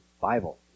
Bible